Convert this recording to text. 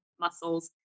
muscles